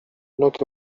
نوک